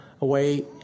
away